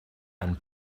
and